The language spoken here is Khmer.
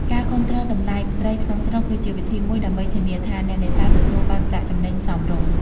ការគាំទ្រតម្លៃ ត្រីក្នុងស្រុកគឺជាវិធីមួយដើម្បីធានាថាអ្នកនេសាទទទួលបានប្រាក់ចំណេញសមរម្យ។